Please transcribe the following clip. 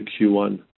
Q1